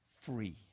Free